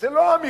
זאת לא אמירה,